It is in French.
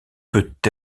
peut